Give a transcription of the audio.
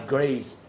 Grace